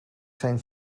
zijn